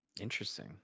Interesting